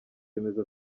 bemeza